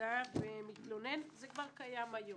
להצגה ומתלונן זה כבר קיים כיום.